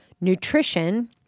nutrition